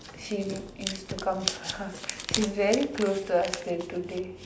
she used to come to my house she's very close to us till today